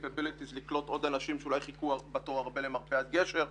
לקלוט עוד אנשים שאולי חיכו בתור הרבה למרפאת גשר.